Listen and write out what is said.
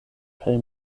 kaj